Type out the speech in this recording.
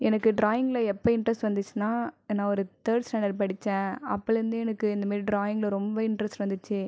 எனக்கு ட்ராயிங்கில் எப்போ இன்ட்ரெஸ்ட் வந்துச்சுன்னா நான் ஒரு தேர்ட் ஸ்டாண்டர்ட் படித்தேன் அப்போலிருந்து எனக்கு இந்தமாதிரி எனக்கு ட்ராயிங்கில் ரொம்ப இன்ட்ரெஸ்ட் வந்துச்சு